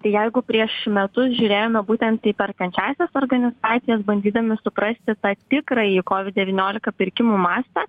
tai jeigu prieš metus žiūrėjome būtent į perkančiąsias organizacijas bandydami suprasti tą tikrąjį kovid devyniolika pirkimų mastą